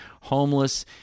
homeless